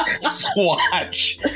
swatch